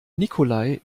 nikolai